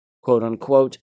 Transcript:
quote-unquote